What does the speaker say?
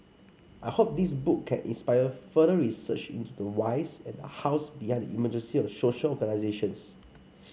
I hope this book can inspire further research into the whys and the hows behind the emergence of social organisations